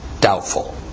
doubtful